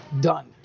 done